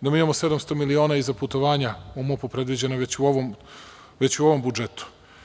da mi imamo 700 miliona i za putovanja u MUP-u, predviđeno već u ovom budžetu.